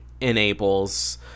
enables